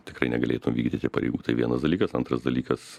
tikrai negalėtum vykdyti pareigų tai vienas dalykas antras dalykas